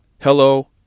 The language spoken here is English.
hello